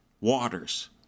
Waters